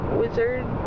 wizard